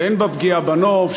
שאין בה פגיעה בנוף,